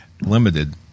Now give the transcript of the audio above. Limited